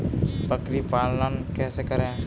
बकरी पालन कैसे करें?